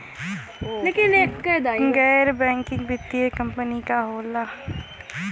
गैर बैकिंग वित्तीय कंपनी का होला?